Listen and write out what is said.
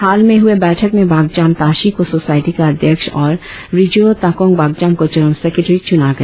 हाल में हुए बैठक में बागजाम ताशी को सोसायटी का अध्यक्ष और रिजियों ताकोंग बागजाम को जनरल सेक्ट्रेरी चुना गया